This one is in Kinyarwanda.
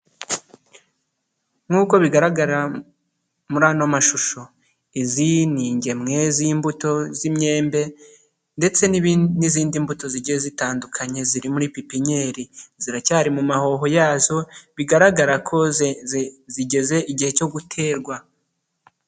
Nk'uko bigaragara muri ano mashusho, izi ni ingemwe z'imbuto z'imyembe ndetse n'izindi mbuto zigiye zitandukanye ziri muri pipinyeri ziracyari mu mahoho yazo, bigaragara ko zigeze igihe cyo guterwa.